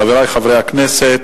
חברי חברי הכנסת,